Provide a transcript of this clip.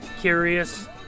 curious